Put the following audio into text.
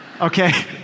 Okay